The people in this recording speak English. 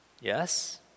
yes